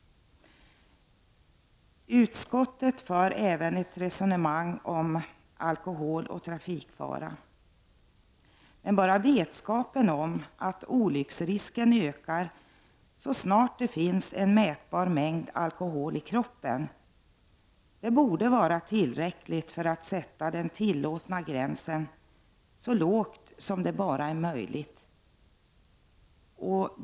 Utskottet för även ett resonemang om alkohol och trafikfara. Bara vetskapen om att olycksrisken ökar så snart det finns en mätbar mängd alkohol i kroppen borde vara tillräcklig för att sätta den tillåtna gränsen så lågt som det över huvud taget är möjligt.